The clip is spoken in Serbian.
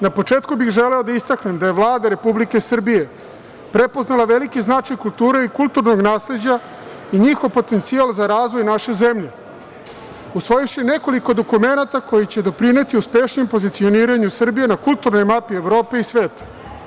Na početku bih želeo da istaknem da je Vlada Republike Srbije prepoznala veliki značaj kulture i kulturnog nasleđa i njihov potencijal za razvoj naše zemlje, usvojivši nekoliko dokumenata koji će doprineti uspešnijem pozicioniranju Srbije na kulturnoj mapi Evrope i sveta.